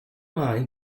mind